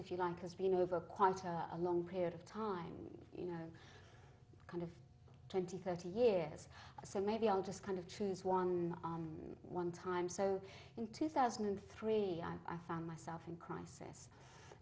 if you like has been over quite a long period of time you know kind of twenty thirty years or so maybe i'll just kind of choose one on one time so in two thousand and three i found myself in crisis